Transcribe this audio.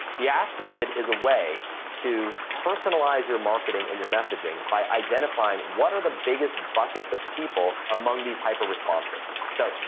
the ask method is a way to personalize your marketing and your messaging by identifying what are the biggest buckets of people among these hyper responses. so,